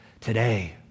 Today